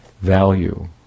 value